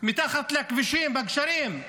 מתחת לכבישים, בגשרים.